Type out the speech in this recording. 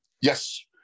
Yes